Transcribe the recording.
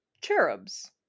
cherubs